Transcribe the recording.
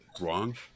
wrong